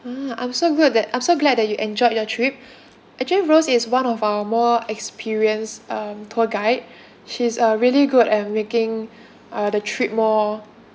ah I'm so good that I'm so glad that you enjoyed your trip actually rose is one of our more experience um tour guide she's uh really good at making uh the trip more